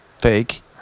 fake